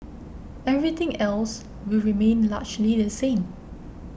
everything else will remain largely the same